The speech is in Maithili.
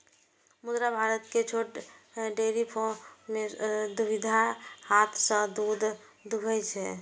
मुदा भारत मे छोट डेयरी फार्म मे दुधिया हाथ सं दूध दुहै छै